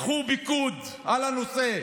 תיקחו פיקוד על הנושא.